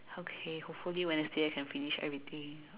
okay hopefully Wednesday I can finish everything